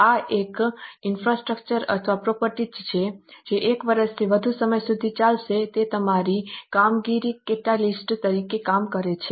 આ એક ઇન્ફ્રાસ્ટ્રક્ચર અથવા પ્રોપર્ટી છે જે 1 વર્ષથી વધુ સમય સુધી ચાલશે તે અમારી કામગીરીમાં કેટાલીસ્ટ તરીકે કામ કરે છે